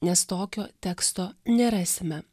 nes tokio teksto nerasime